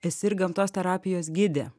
esi ir gamtos terapijos gidė